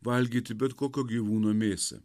valgyti bet kokio gyvūno mėsą